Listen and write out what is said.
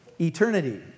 eternity